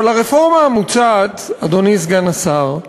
אבל הרפורמה המוצעת, אדוני סגן השר,